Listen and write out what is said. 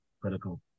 critical